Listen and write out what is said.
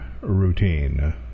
routine